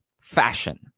fashion